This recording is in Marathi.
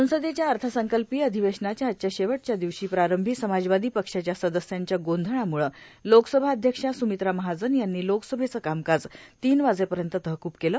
संसदेच्या अर्थसंकल्पीय अधिवेशनाच्या आजच्या शेवटच्या दिवशी प्रारंभी समाजवादी पक्षाच्या सदस्यांच्या गोंधळामुळं लोकसभा अध्यक्षा सुमित्रा महाजन यांनी लोकसभेचं कामकाज तीन वाजेपर्यंत तहकूब केलं